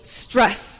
stress